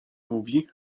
mówi